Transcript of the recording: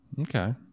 Okay